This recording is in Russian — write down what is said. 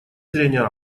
зрения